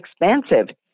expensive